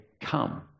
come